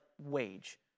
wage